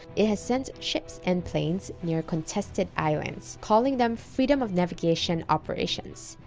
it has sent ships and planes near contested islands, calling them freedom of navigation operations.